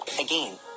Again